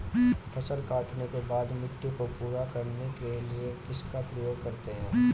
फसल काटने के बाद मिट्टी को पूरा करने के लिए किसका उपयोग करते हैं?